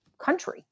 country